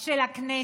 של הכנסת,